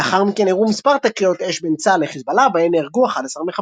לאחר מכן אירעו מספר תקריות אש בין צה"ל לחזבאללה בהן נהרגו 11 מחבלים.